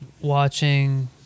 watching